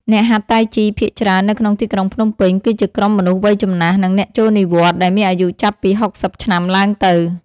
អ្នកហាត់តៃជីភាគច្រើននៅក្នុងទីក្រុងភ្នំពេញ គឺជាក្រុមមនុស្សវ័យចំណាស់ និងអ្នកចូលនិវត្តន៍ ដែលមានអាយុចាប់ពី ៦០ ឆ្នាំឡើងទៅ។